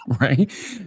right